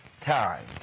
time